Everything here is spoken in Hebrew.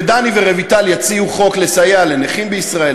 ודני ורויטל יציעו חוק לסייע לנכים בישראל,